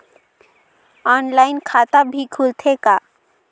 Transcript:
Online खाता भी खुलथे का?